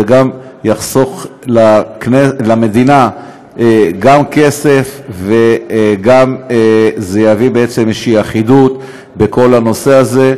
זה גם יחסוך למדינה כסף וזה גם יביא איזושהי אחידות בכל הנושא הזה.